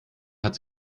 hat